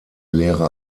lehre